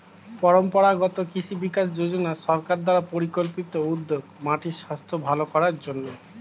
পরম্পরাগত কৃষি বিকাশ যোজনা সরকার দ্বারা পরিকল্পিত উদ্যোগ মাটির স্বাস্থ্য ভাল করার জন্যে